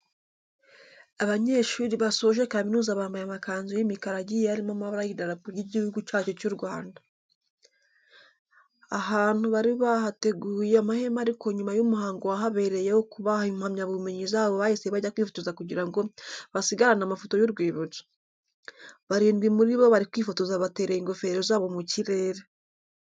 Abanyeshuri basoje kaminuza bambaye amakanzu y'imikara agiye arimo amabara y'idarapo ry'Igihugu cyacu cy'u Rwanda. Ahantu bari bahateguye amahema ariko nyuma y'umuhango wahabereye wo kubaha impamyabumenyi zabo bahise bajya kwifotoza kugira ngo basigarane amafoto y'urwibutso. Barindwi muri bo bari kwifotoza batereye ingofero zabo mu kirere.